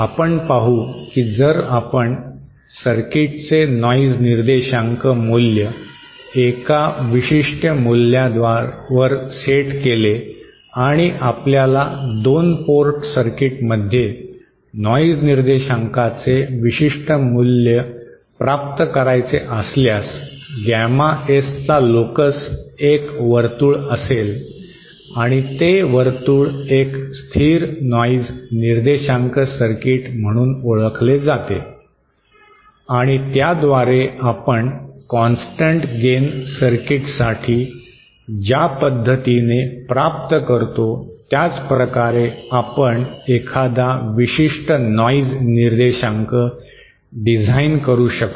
आपण पाहू की जर आपण सर्किटचे नॉइज निर्देशांक मूल्य एका विशिष्ट मूल्यावर सेट केले आणि आपल्याला 2 पोर्ट सर्किटमध्ये नॉइज निर्देशांकाचे विशिष्ट मूल्य प्राप्त करायचे असल्यास गॅमा एसचा लोकस एक वर्तुळ असेल आणि ते वर्तुळ एक स्थिर नॉइज निर्देशांक सर्किट म्हणून ओळखले जाते आणि त्याद्वारे आपण कॉन्स्टन्ट गेन सर्किटसाठी ज्या पद्धतीने प्राप्त करतो त्याच प्रकारे आपण एखादा विशिष्ट नॉइज निर्देशांक डिझाइन करू शकतो